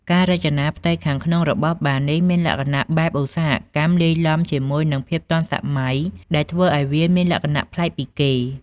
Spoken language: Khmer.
ការរចនាផ្ទៃខាងក្នុងរបស់បារនេះ មានលក្ខណៈបែបឧស្សាហកម្មលាយឡំជាមួយនឹងភាពទាន់សម័យ ដែលធ្វើឱ្យវាមានលក្ខណៈប្លែកពីគេ។